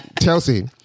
Chelsea